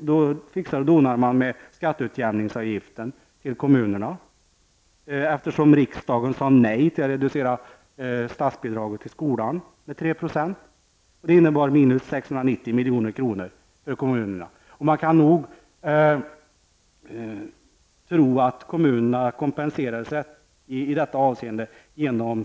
Då fixade och donade man med skatteutjämningsavgiften till kommunerna eftersom riksdgen sade nej till att reducera statsbidraget till skolan med 3 %. Det innebar minus 690 milj.kr. för kommunerna. Kommunerna kompenserade sig nog i det avseendet genom